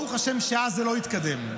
ברוך השם שאז זה לא התקדם,